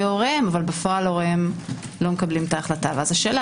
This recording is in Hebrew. הוריהם אבל בפועל הוריהם לא מקבלים את ההחלטה ואז השאלה